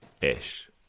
ish